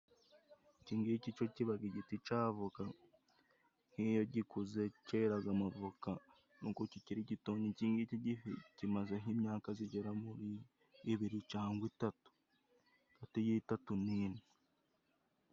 Iki ngiki co kibaga igiti c'avoka, nk'iyo gikuze keraga amavoka nuko kikiri gito ikingiki kimaze nk'imyaka zigera muri ibiri cangwa itatu, hagati y'itatu n'ine.